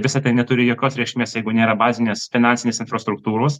visa tai neturi jokios reikšmės jeigu nėra bazinės finansinės infrastruktūros